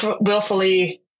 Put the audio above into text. willfully